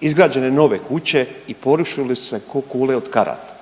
izgrađene nove kuće i porušile su se ko kule od karata,